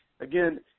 Again